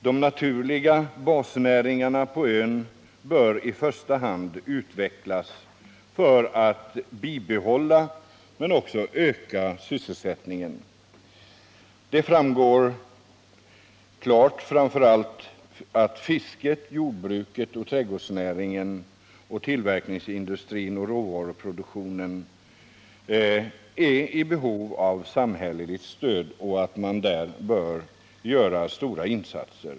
De naturliga basnäringarna på ön bör i första hand utvecklas för att bibehålla men också öka sysselsättningen. Det framgår klart att framför allt fisket, jordbruket, trädgårdsnäringen, tillverkningsindustrin och råvaruproduktionen är i behov av samhälleligt stöd och att man därvidlag bör göra stora insatser.